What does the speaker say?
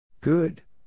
good